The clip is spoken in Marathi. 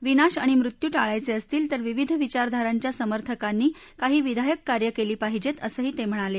विनाश आणि मृत्यू टाळायचे असतील तर विविध विचारधारांच्या समर्थकांनी काही विधायक कार्य केली पाहिजेत असंही ते म्हणाले